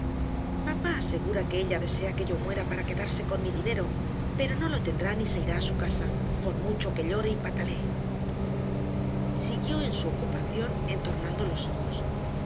papá asegura que ella desea que yo muera para quedarse con mi dinero pero no lo tendrá ni se irá a su casa por mucho que llore y patalee siguió en su ocupación entornando los ojos